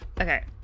okay